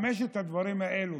חמשת הדברים האלה,